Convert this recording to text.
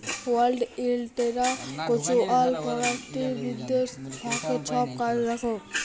world intellectual property বিদ্যাশ থ্যাকে ছব কাজ দ্যাখে